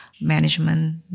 management